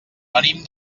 venim